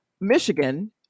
Michigan